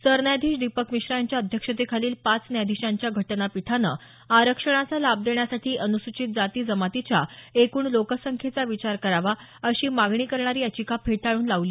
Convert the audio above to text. सरन्यायाधीश दीपक मिश्रा यांच्या अध्यक्षतेखालील पाच न्यायाधीशांच्या घटनापीठानं आरक्षणाचा लाभ देण्यासाठी अन्सूचित जाती जमातीच्या एकूण लोकसंख्येचा विचार करावा अशी मागणी करणारी याचिका फेटाळून लावली